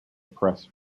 press